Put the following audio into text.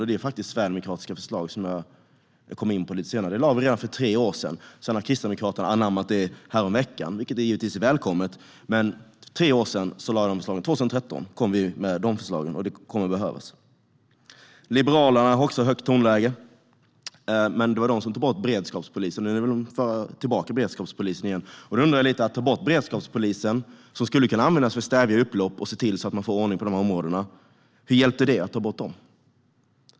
Det är faktiskt sverigedemokratiska förslag, som jag kommer in på lite senare. De förslagen lade vi fram redan för tre år sedan. Sedan har Kristdemokraterna anammat dem häromveckan, vilket givetvis är välkommet, men vi lade fram dem för tre år sedan. Sverigedemokraterna kom med de förslagen 2013, och de kommer att behövas. Också Liberalerna har ett högt tonläge. Det var de som tog bort beredskapspolisen, och nu vill de införa beredskapspolisen igen. Jag undrar hur det hjälpte att ta bort beredskapspolisen, som skulle kunna användas för att stävja upplopp och se till att man får ordning på de här områdena.